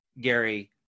gary